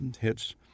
hits